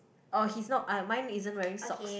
orh he's not ah my isn't wearing socks